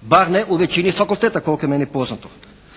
bar ne u većini fakulteta koliko je meni poznato